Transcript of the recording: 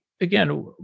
Again